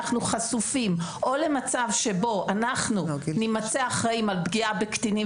חשופים או למצב שבו אנחנו נימצא אחראים על פגיעה בקטינים